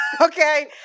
Okay